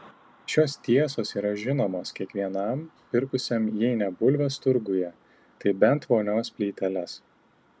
šios tiesos yra žinomos kiekvienam pirkusiam jei ne bulves turguje tai bent vonios plyteles